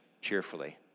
cheerfully